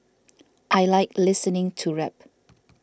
I like listening to rap